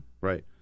Right